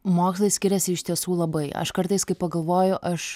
mokslai skiriasi iš tiesų labai aš kartais kai pagalvoju aš